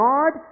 God